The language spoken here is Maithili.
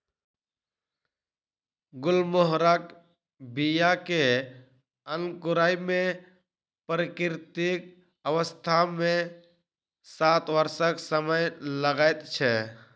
गुलमोहरक बीया के अंकुराय मे प्राकृतिक अवस्था मे सात वर्षक समय लगैत छै